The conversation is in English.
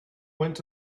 went